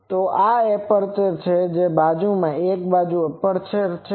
તો આ એપર્ચર છે અને બાજુમાં એક બીજું એપર્ચર છે